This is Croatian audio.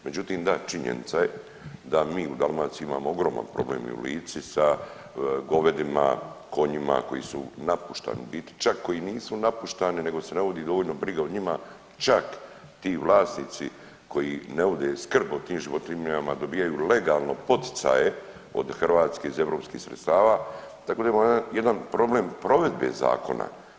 Međutim, da, činjenica je da mi u Dalmaciji imamo ogroman problem i u Lici sa govedima, konjima koji su napuštani, u biti čak koji nisu napuštani nego se ne vodi dovoljna briga o njima, čak ti vlasnici koji ne vode skrb o tim životinjama dobivaju legalno poticaje od Hrvatske iz EU sredstava tako da imamo jedan problem provedbe zakona.